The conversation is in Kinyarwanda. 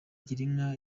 girinka